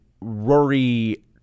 Rory